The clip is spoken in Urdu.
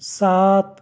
سات